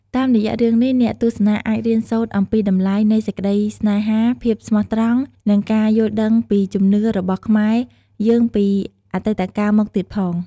តាមរយៈរឿងនេះ អ្នកទស្សនាអាចរៀនសូត្រអំពីតម្លៃនៃសេចក្តីស្នេហា ភាពស្មោះត្រង់ និងការយល់ដឹងពីជំនឿរបស់ខ្មែរយើងពីអតិតកាលមកទៀតផង។